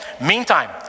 Meantime